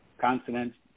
consonants